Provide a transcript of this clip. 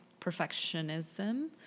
perfectionism